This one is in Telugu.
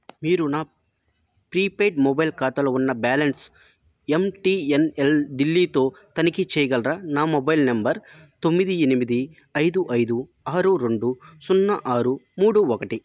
మీరు నా ప్రీపెయిడ్ మొబైల్ ఖాతాలో ఉన్న బ్యాలెన్స్ ఎంటీఎన్ఎల్ ఢిల్లీతో తనిఖీ చెయ్యగలరా నా మొబైల్ నంబర్ తొమ్మిది ఎనిమిది ఐదు ఐదు ఆరు రెండు సున్నా ఆరు మూడు ఒకటి